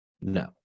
no